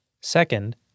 Second